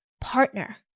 partner